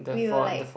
we were like